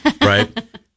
right